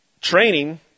Training